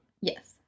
Yes